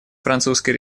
французской